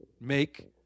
make